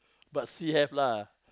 but see have lah